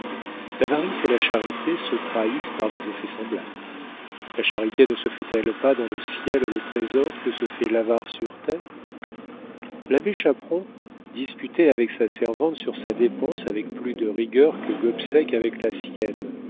l'avarice et la charité se trahissent par des effets semblables la charité ne se fait-elle pas dans le ciel le trésor que se fait l'avare sur terre l'abbé chaperon disputait avec sa servante sur sa dépense avec plus de rigueur que gobseck avec la sienne